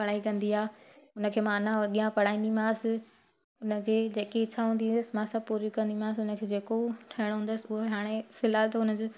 पढ़ाई कंदी आ्हे हुन खे मां अञा अॻियां पढ़ाईंदीमांसि हुन जी जेकी इछा हूंदी हुइसि मां पूरी कंदीमासि हुन खे जेको ठहिणो हूंदसि उहा हाणे फ़िल्हाल त हुन जो